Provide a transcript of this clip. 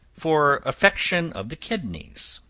for affection of the kidneys.